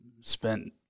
spent